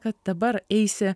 kad dabar eisi